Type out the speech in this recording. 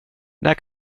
när